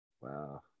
Wow